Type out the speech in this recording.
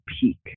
peak